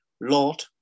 lord